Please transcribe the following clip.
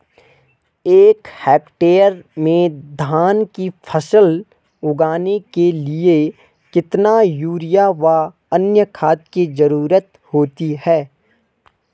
एक हेक्टेयर में धान की फसल उगाने के लिए कितना यूरिया व अन्य खाद की जरूरत होती है?